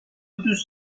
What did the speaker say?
دوست